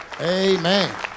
amen